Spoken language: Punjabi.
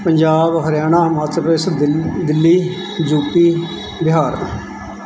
ਪੰਜਾਬ ਹਰਿਆਣਾ ਹਿਮਾਚਲ ਪ੍ਰਦੇਸ਼ ਦਿਲ ਦਿੱਲੀ ਯੂਪੀ ਬਿਹਾਰ